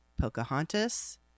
Pocahontas